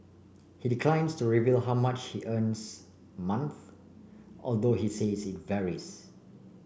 he declines to reveal how much he earns month although he says it varies